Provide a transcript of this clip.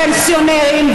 פנסיונרים,